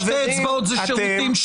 שתי אצבעות זה שירותים,